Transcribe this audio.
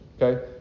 okay